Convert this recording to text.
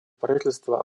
правительства